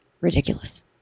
ridiculous